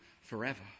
forever